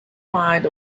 find